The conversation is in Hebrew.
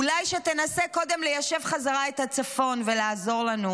אולי שתנסה קודם ליישב חזרה את הצפון ולעזור לנו.